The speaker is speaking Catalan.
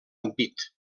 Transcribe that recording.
ampit